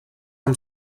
amb